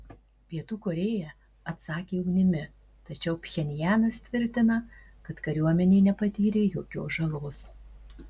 pietų korėja atsakė ugnimi tačiau pchenjanas tvirtina kad kariuomenė nepatyrė jokios žalos